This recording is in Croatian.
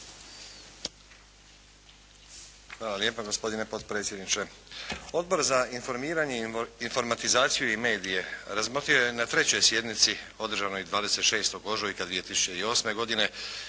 Hvala lijepa gospodine potpredsjedniče. Odbor za informiranje, informatizaciju i medije razmotrio je na 3. sjednici održanoj 26. ožujka 2008. godine,